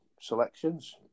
selections